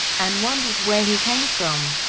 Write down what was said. and wonders where he came from.